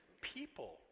people